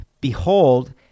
behold